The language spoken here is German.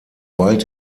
bald